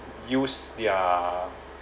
use their